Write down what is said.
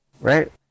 Right